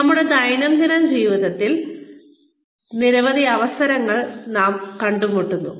നമ്മുടെ ദൈനംദിന ജീവിതത്തിൽ നിരവധി അവസരങ്ങൾ നാം കണ്ടുമുട്ടുന്നു